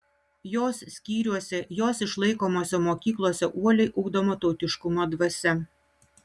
jos skyriuose jos išlaikomose mokyklose uoliai ugdoma tautiškumo dvasia